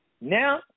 Now